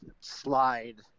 slide